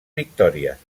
victòries